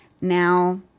Now